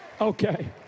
Okay